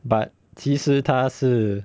but 其实他是